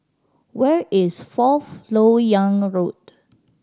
where is Fourth Lok Yang Road